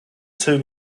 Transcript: two